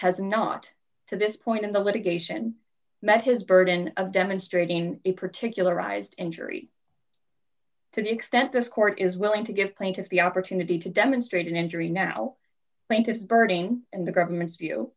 has not to this point in the litigation met his burden of demonstrating particularized injury to the extent this court is willing to give the plaintiff the opportunity to demonstrate an injury now plaintiff's birding and the government's view